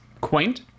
Quaint